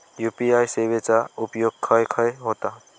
UPI सेवेचा उपयोग खाय खाय होता?